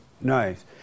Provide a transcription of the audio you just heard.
Nice